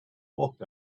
walked